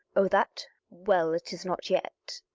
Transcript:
oh, that well, it is not yet